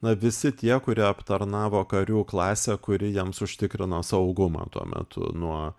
na visi tie kurie aptarnavo karių klasę kuri jiems užtikrino saugumą tuo metu nuo